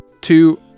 Two